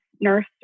nurse